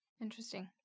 Interesting